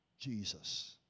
Jesus